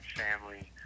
family